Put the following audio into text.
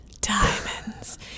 diamonds